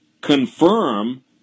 confirm